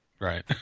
Right